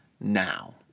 now